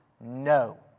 No